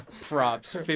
props